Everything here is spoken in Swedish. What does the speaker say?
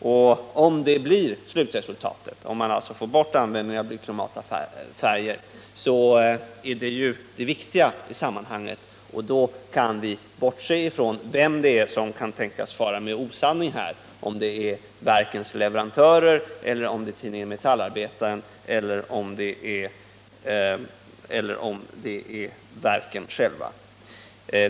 Och om det blir slutresultatet, vilket är det viktiga i sammanhanget, kan vi bortse från vem det är som kan tänkas fara med osanning — om det är verkens leverantörer, om det är tidningen Metallarbetaren eller om det är verken själva.